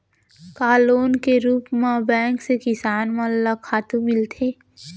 का लोन के रूप मा बैंक से किसान मन ला खातू मिलथे?